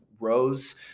rose